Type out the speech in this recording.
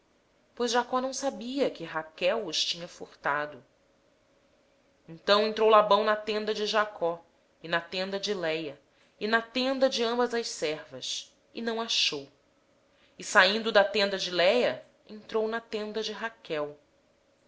pois jacó não sabia que raquel os tinha furtado entrou pois labão na tenda de jacó na tenda de léia e na tenda das duas servas e não os achou e saindo da tenda de léia entrou na tenda de raquel